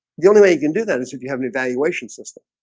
the only way you can do that is if you have an evaluation system